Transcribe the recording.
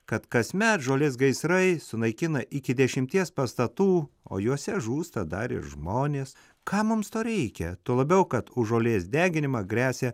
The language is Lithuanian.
kad kasmet žolės gaisrai sunaikina iki dešimties pastatų o juose žūsta dar ir žmonės kam mums to reikia tuo labiau kad už žolės deginimą gresia